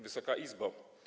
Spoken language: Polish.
Wysoka Izbo!